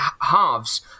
halves